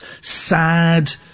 sad